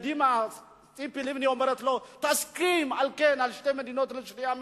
קדימה ציפי לבני אומרת לו: תסכים על שתי מדינות לשני עמים,